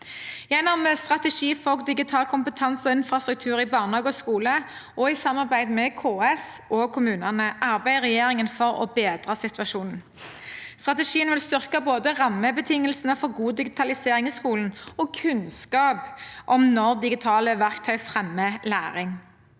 Gjennom Strategi for digital kompetanse og infrastruktur i barnehage og skole og i samarbeid med KS og kommunene arbeider regjeringen for å bedre situasjonen. Strategien vil styrke både rammebetingelsene for god digitalisering i skolen og kunnskapen om når digitale verktøy fremmer læring.